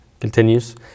Continues